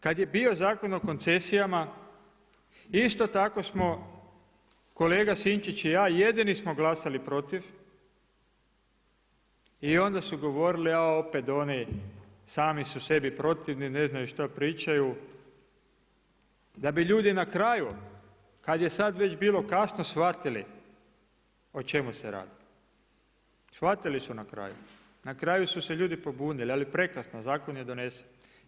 Kada je bio Zakon o koncesijama isto tako smo kolega Sinčić i ja jedini smo glasali protiv i onda su govorili, a opet oni sami su sebi protivni ne znaju što pričaju, da bi ljudi na kraju kada je sada već bilo kasno shvatili o čemu se radi. shvatili su na kraju, na kraju su se ljudi pobunili, ali je prekasno zakon je donesen.